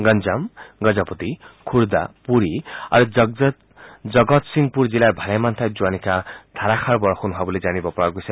গঞ্জম গজপতি খুৰ্দা পুৰী আৰু জগতসিংপুৰ জিলাৰ ভালেমান ঠাইত যোৱা নিশা ধাৰাসাৰ বৰষুণ হোৱা বুলি জানিব পৰা গৈছে